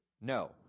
No